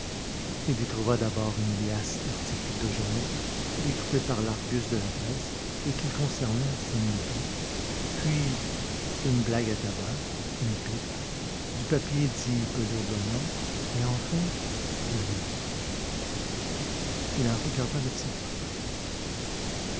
il y trouva d'abord une liasse d'articles de journaux découpés par l'argus de la presse et qui concernaient arsène lupin puis une blague à tabac une pipe du papier dit pelure d'oignon et enfin deux livres il en regarda le titre